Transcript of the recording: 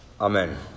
amen